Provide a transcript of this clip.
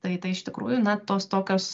tai tai iš tikrųjų na tos tokios